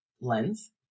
lens